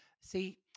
See